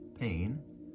pain